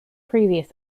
previous